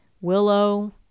Willow